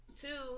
Two